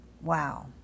Wow